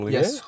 Yes